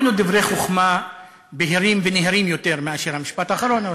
היו לו דברי חוכמה בהירים ונהירים יותר מאשר המשפט האחרון,